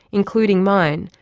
including mine,